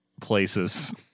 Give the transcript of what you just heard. places